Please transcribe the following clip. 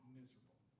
miserable